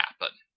happen